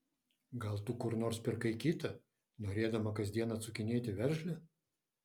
gal tu kur nors pirkai kitą norėdama kasdien atsukinėti veržlę